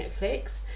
Netflix